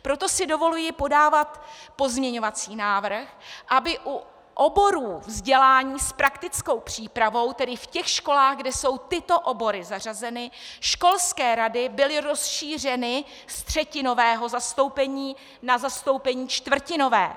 Proto si dovoluji podat pozměňovací návrh, aby u oborů vzdělání s praktickou přípravou, tedy ve školách, kde jsou tyto obory zařazeny, školské rady byly rozšířeny z třetinového zastoupení na zastoupení čtvrtinové.